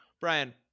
Brian